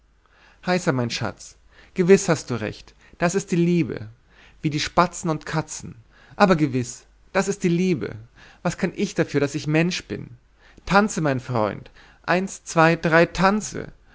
heißa mein schatz gewiß hast du recht das ist die liebe wie die spatzen und katzen aber gewiß das ist die liebe was kann ich dafür daß ich mensch bin tanze mein freund eins zwei drei tanze